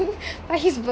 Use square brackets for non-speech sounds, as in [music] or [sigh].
[laughs]